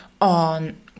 on